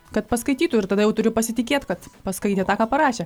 kad paskaitytų ir tada jau turiu pasitikėt kad paskaitė tą ką parašė